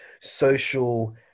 Social